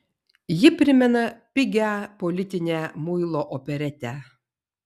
ji primena pigią politinę muilo operetę